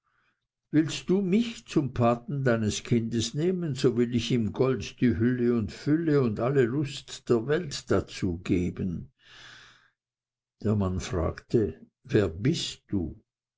willst du mich zum paten deines kindes nehmen so will ich ihm gold die hülle und fülle und alle lust der welt dazu geben der mann fragte wer bist du